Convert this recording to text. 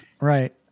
Right